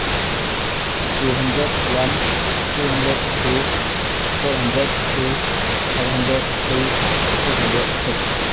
two hundred one three hundred two four hundred two five hundred three six hundred six